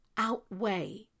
Outweigh